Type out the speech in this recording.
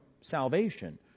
salvation